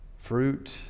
fruit